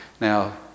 Now